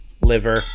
liver